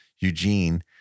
Eugene